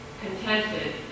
contented